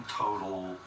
total